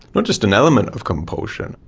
not just an element of compulsion,